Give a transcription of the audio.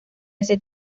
ese